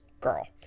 girl